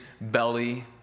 belly